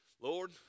Lord